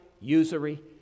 usury